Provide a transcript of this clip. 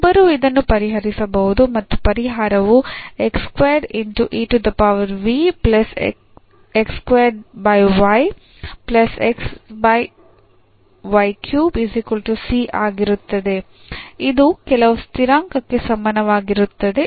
ಒಬ್ಬರು ಇದನ್ನು ಪರಿಹರಿಸಬಹುದು ಮತ್ತು ಪರಿಹಾರವು ಆಗಿರುತ್ತದೆ ಅದು ಕೆಲವು ಸ್ಥಿರಾಂಕಕ್ಕೆ ಸಮಾನವಾಗಿರುತ್ತದೆ